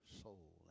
soul